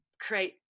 create